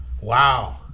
wow